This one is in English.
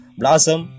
blossom